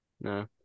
No